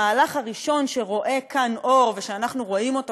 המהלך הראשון שרואה כאן אור ואנחנו רואים אותו